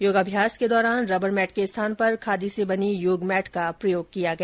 योग अभ्यास के दौरान रबर मैट के स्थान पर खादी से बनी योग मैट का प्रर्योग किया गया